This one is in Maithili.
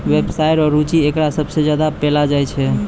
व्यवसाय रो रुचि एकरा सबसे ज्यादा पैलो जाय छै